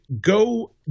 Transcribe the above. Go